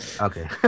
Okay